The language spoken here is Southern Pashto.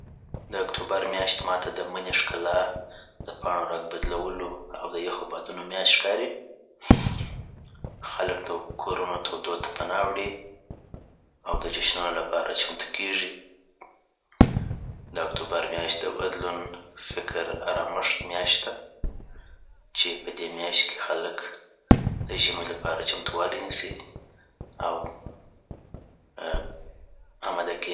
داکتوبر میاشت ماته د منی ښکلا د پاڼو رنګ بدلولو او یخو بادونو میاشت ښکاري خلک د کورونو تودو ته پناه وړي .او د جشنونو لپاره چمتو کېږي. .داکتوبر میاشت د بدلون، فکر او ارامښت میاشت ده چی پدی میاشتی کی خلک دژمی لپاره چمتووالی نیسي او امده کیږی